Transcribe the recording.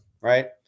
right